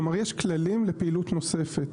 כלומר יש כללים לפעילות נוספת.